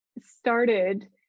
started